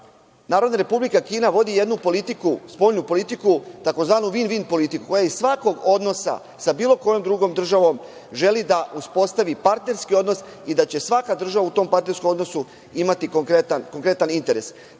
Narodna Republika Kina vodi jednu spoljnu politiku tzv. vin-vin politiku, koja iz svakog odnosa sa bilo kojom drugom državom želi da uspostavi partnerski odnos i da će svaka država u tom partnerskom odnosu imati konkretan interes.